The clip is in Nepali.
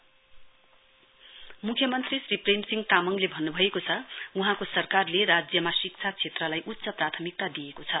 सि एम मुख्यमन्त्री श्री प्रेमसिंह तामङले भन्नु भएको छ वहाँले सरकारले राज्यमा शिक्षा क्षेत्रलाई उच्च प्राथमिकता दिएको छ